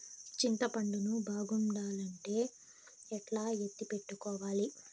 చింతపండు ను బాగుండాలంటే ఎట్లా ఎత్తిపెట్టుకోవాలి?